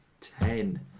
ten